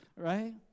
right